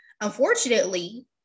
Unfortunately